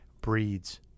breeds